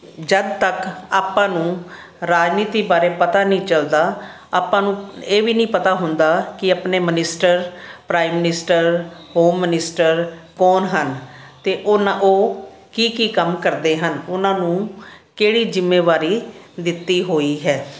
ਜਦ ਤੱਕ ਆਪਾਂ ਨੂੰ ਰਾਜਨੀਤੀ ਬਾਰੇ ਪਤਾ ਨਹੀਂ ਚੱਲਦਾ ਆਪਾਂ ਨੂੰ ਇਹ ਵੀ ਨਹੀਂ ਪਤਾ ਹੁੰਦਾ ਕਿ ਆਪਣੇ minister prime minister home minister ਕੌਣ ਹਨ ਅਤੇ ਉਹਨਾਂ ਉਹ ਕੀ ਕੀ ਕੰਮ ਕਰਦੇ ਹਨ ਉਨ੍ਹਾਂ ਨੂੰ ਕਿਹੜੀ ਜਿੰਮੇਵਾਰੀ ਦਿੱਤੀ ਹੋਈ ਹੈ